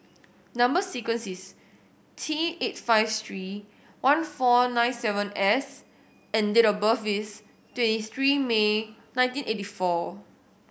number sequence is T eight five three one four nine seven S and date of birth is twenty three May nineteen eighty four